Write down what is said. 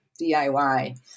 DIY